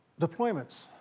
deployments